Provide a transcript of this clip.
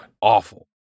awful